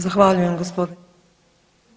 Zahvaljujem gospodine…